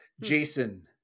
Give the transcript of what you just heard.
Jason